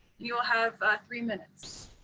you will have three minutes.